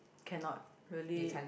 cannot really